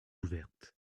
ouverte